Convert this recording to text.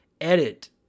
Edit